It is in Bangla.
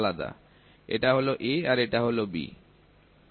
এটা হল A আর এটা B